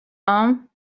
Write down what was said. home